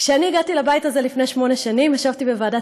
כשאני הגעתי לבית הזה לפני שמונה שנים ישבתי בוועדת